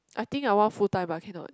I think I want full time but cannot